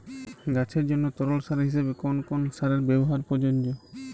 গাছের জন্য তরল সার হিসেবে কোন কোন সারের ব্যাবহার প্রযোজ্য?